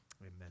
Amen